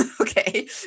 Okay